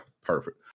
perfect